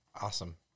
Awesome